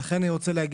הצוות שלה.